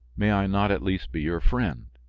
may i not, at least, be your friend?